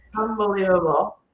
Unbelievable